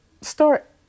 start